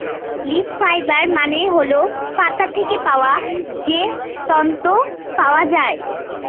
leaf fibre মানে হল পাতা থেকে যে তন্তু পাওয়া যায়